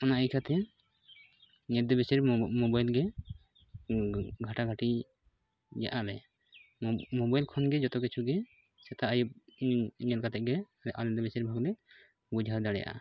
ᱚᱱᱟ ᱤᱠᱟᱹᱛᱮ ᱤᱧᱫᱚ ᱵᱮᱥᱤᱨᱵᱷᱟᱜᱽ ᱢᱚᱵᱟᱭᱤᱞᱜᱮ ᱜᱷᱟᱴᱟ ᱜᱷᱟᱴᱤ ᱧᱮᱜ ᱟᱞᱮ ᱢᱚᱵ ᱢᱚᱵᱟᱭᱤᱞ ᱠᱷᱚᱱ ᱜᱮ ᱡᱚᱛᱚ ᱠᱤᱪᱷᱩᱜᱮ ᱥᱮᱛᱟᱜ ᱟᱭᱩᱵ ᱤᱧ ᱧᱮᱞ ᱠᱟᱛᱮᱫ ᱜᱮ ᱟᱞᱮ ᱫᱚ ᱵᱮᱥᱤᱨᱵᱷᱟᱜᱽ ᱞᱮ ᱵᱩᱡᱷᱟᱣ ᱫᱟᱲᱮᱜᱼᱟ